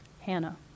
Hannah